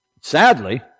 Sadly